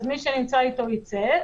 אז מי שנמצא אתו יצא,